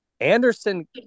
Anderson